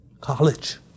college